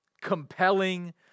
compelling